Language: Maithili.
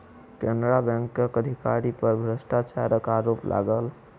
केनरा बैंकक अधिकारी पर भ्रष्टाचारक आरोप लागल